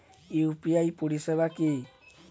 UPI পরিষেবা কি?